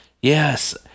Yes